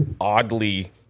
oddly